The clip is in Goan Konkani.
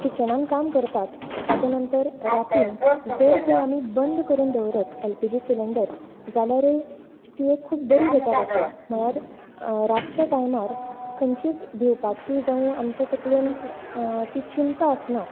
किचनांत काम करतात ताच्या नंतर रातीन जर तें आमी बंद करून दवरत एलपीजी सिलींडर जाल्यारय ती एक खूब बरी गजाल आसा म्हळ्यार रातच्या टायमार खंयचीच भिवपाची जावं आमचे तकलेन ती चिंता आसना